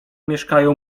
mieszkają